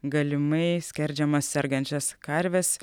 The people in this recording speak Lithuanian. galimai skerdžiamas sergančias karves